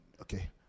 Okay